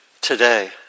today